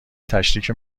تشریک